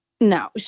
No